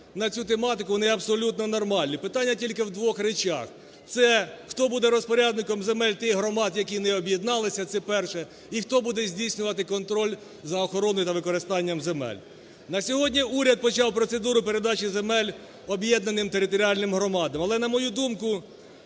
на цю тематику, вони абсолютно нормальні. Питання тільки в двох речах – це, хто буде розпорядником земель тих громад, які не об'єдналися, це перше; і хто буде здійснювати контроль за охороною та використанням земель. На сьогодні уряд почав процедуру передачі земель об'єднаним територіальним громадам, але, на мою думку